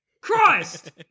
Christ